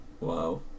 Wow